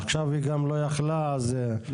עכשיו היא גם לא יכלה, בסדר.